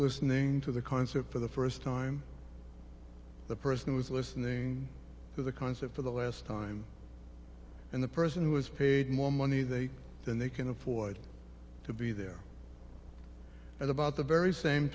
listening to the concert for the first time the person was listening to the concert for the last time and the person was paid more money they than they can afford to be there and about the very same